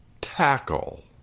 Tackle